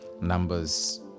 Numbers